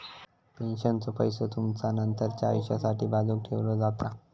पेन्शनचो पैसो तुमचा नंतरच्या आयुष्यासाठी बाजूक ठेवलो जाता